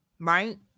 right